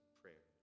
prayer